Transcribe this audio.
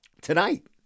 tonight